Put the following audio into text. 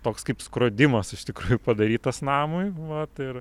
toks kaip skrodimas iš tikrųjų padarytas namui va ir